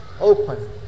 Open